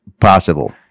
possible